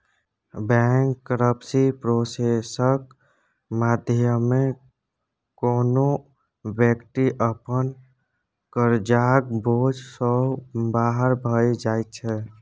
bankruptcy प्रोसेसक माध्यमे कोनो बेकती अपन करजाक बोझ सँ बाहर भए जाइ छै